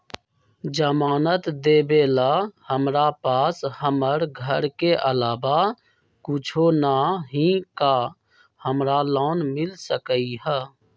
जमानत देवेला हमरा पास हमर घर के अलावा कुछो न ही का हमरा लोन मिल सकई ह?